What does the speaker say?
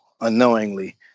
Unknowingly